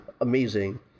amazing